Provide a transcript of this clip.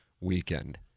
weekend